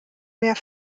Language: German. mehr